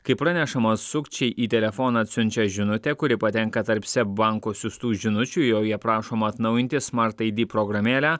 kaip pranešama sukčiai į telefoną atsiunčia žinutę kuri patenka tarp seb banko siųstų žinučių joje prašoma atnaujinti smart id programėlę